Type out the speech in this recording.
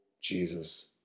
Jesus